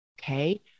okay